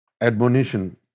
Admonition